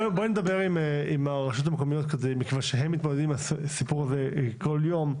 נדבר עם הרשויות המקומיות מכיוון שהן מתמודדות עם הסיפור הזה בכל יום.